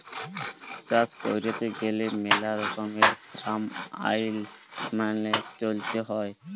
চাষ ক্যইরতে গ্যালে ম্যালা রকমের ফার্ম আইল মালে চ্যইলতে হ্যয়